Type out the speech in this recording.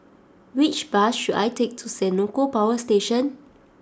which bus should I take to Senoko Power Station